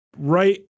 Right